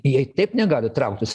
jei taip negali trauktis